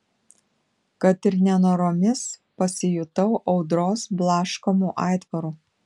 kad ir nenoromis pasijutau audros blaškomu aitvaru